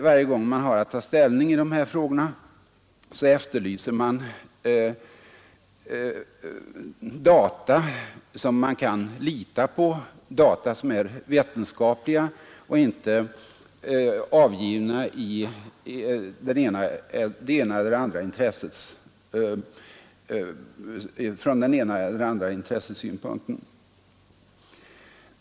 Varje gång jag har att ta ställning i dessa frågor efterlyser jag förgäves data som det går att lita på, data som är vetenskapliga och inte avgivna från den ena eller andra intressesynpunkten.